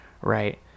right